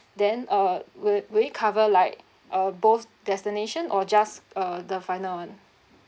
then uh will will it cover like uh both destination or just uh the final one